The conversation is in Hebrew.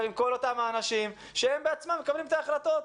עם כל אותם האנשים שהם בעצמם מקבלים את ההחלטות,